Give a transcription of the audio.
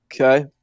Okay